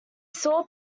saw